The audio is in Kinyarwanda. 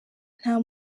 nta